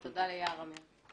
ותודה ליער אמיר.